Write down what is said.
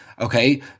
Okay